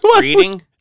reading